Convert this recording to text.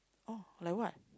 oh like what